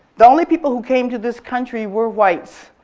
the only people who came to this country where whites.